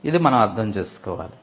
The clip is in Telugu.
ఇది మనం అర్ధం చేసుకోవాలి